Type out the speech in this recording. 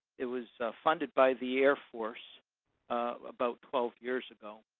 it was funded by the air force about twelve years ago.